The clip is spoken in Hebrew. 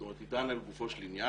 זאת אומרת נטען לגופו של עניין,